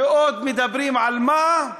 ועוד מדברים על מה?